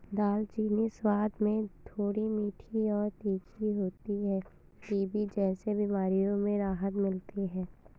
दालचीनी स्वाद में थोड़ी मीठी और तीखी होती है टीबी जैसी बीमारियों में राहत मिलती है